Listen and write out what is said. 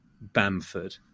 Bamford